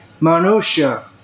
Manusha